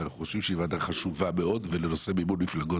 אנחנו חושבים שהיא ועדה חשובה מאוד ולנושא מימון מפלגות